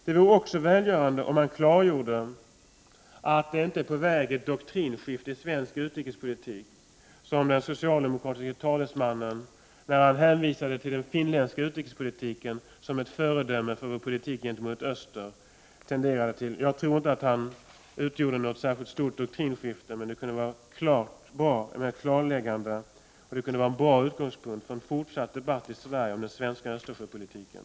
Det vore också välgörande om han klargjorde att ett doktrinskifte inte är på väg i svensk utrikespolitik — vilket den socialdemokratiske talesmannen tenderade att förespråka, när han hänvisade till den finländska utrikespolitiken som ett föredöme för vår politik gentemot öster. Jag tror inte att han avsåg något särskilt stort doktrinskifte, men det kunde vara bra med ett klargörande, och det kunde vara en bra utgångspunkt för en fortsatt debatt i Sverige om den svenska Östersjöpolitiken.